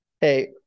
Hey